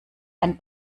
ein